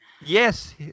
Yes